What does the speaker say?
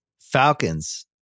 Falcons